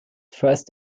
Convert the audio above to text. first